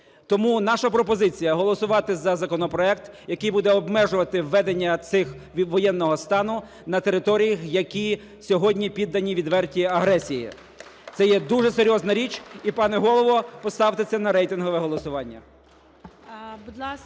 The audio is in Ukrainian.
Тому наша про позиція: голосувати за законопроект, який буде обмежувати введення цього воєнного стану на територіях, які сьогодні піддані відвертій агресії. Це є дуже серйозна річ і, пане Голово, поставте це на рейтингове голосування.